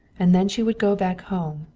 and then she would go back home,